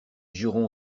jurons